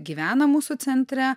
gyvena mūsų centre